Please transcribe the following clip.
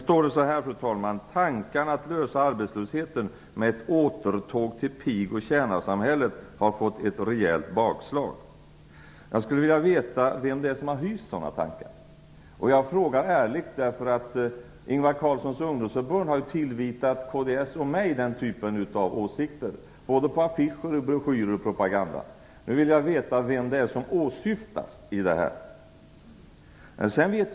I Socialdemokraternas valmanifest står det: "Tankarna att lösa arbetslöshetsproblemen med ett återtåg till pig och tjänarsamhället har fått ett rejält bakslag." Jag skulle vilja veta vem som har hyst sådana tankar. Jag frågar ärligt. Det socialdemokratiska ungdomsförbundet har ju tillvitat kds och mig den typen av åsikter, både på affischer, i broschyrer och i annan propaganda. Jag vill veta vem som åsyftas på denna punkt.